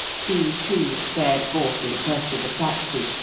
he, too, fared forth in quest of a taxi,